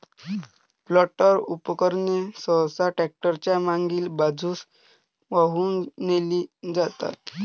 planter उपकरणे सहसा tractor च्या मागील बाजूस वाहून नेली जातात